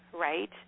right